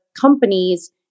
companies